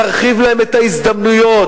תרחיב להם את ההזדמנויות,